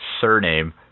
surname